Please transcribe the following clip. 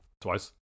twice